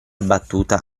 battuta